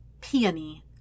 Peony